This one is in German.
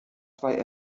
zwei